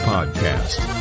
Podcast